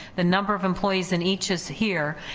the number of employees in each is here.